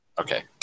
Okay